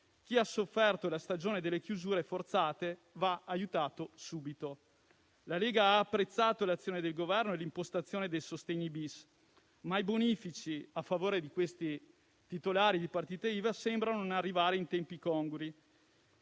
Chi ha sofferto la stagione delle chiusure forzate va aiutato subito. La Lega ha apprezzato l'azione del Governo e l'impostazione del cosiddetto decreto sostegni *bis*, ma i bonifici a favore di questi titolari di partite IVA sembrano non arrivare in tempi congrui.